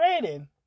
rating